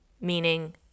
Meaning